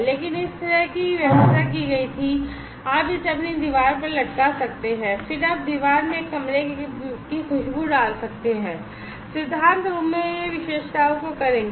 लेकिन इस तरह की व्यवस्था की गई थी और आप इसे अपनी दीवार पर लटका सकते हैं और फिर आप दीवार में एक कमरे की खुशबू डाल सकते हैं और सिद्धांत रूप में यह विशेषताओं को करेंगे